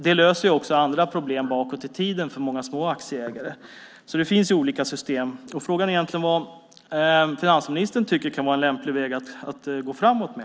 Det löser också andra problem bakåt i tiden för många små aktieägare. Så det finns olika system. Frågan är vad finansministern tycker kan vara en lämplig väg att gå framåt med.